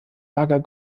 lager